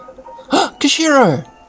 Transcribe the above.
Kishiro